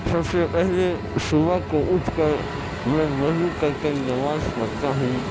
سب سے پہلے صبح کو اٹھ کر میں وضو کر کے نماز پڑھتا ہوں